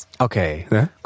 Okay